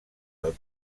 del